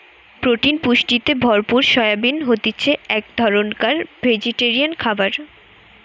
protein পুষ্টিতে ভরপুর soyabean হতিছে এক ধরণকার ভেজিটেরিয়ান খাবার